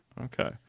Okay